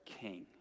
king